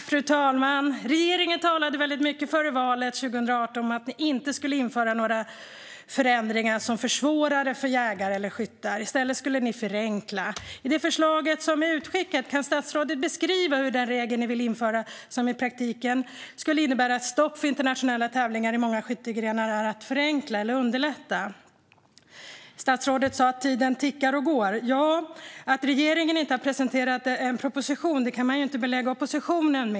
Fru talman! Regeringen talade väldigt mycket före valet 2018 om att man inte skulle införa några förändringar som försvårade för jägare eller skyttar. I stället skulle ni förenkla. När det gäller det förslag som är utskickat undrar jag: Kan statsrådet beskriva hur den regel ni vill införa, som i praktiken skulle innebära ett stopp för internationella tävlingar i många skyttegrenar, är att förenkla eller underlätta? Statsrådet sa att tiden tickar och går. Ja, att regeringen inte har presenterat en proposition kan man ju inte skylla på oppositionen.